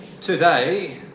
today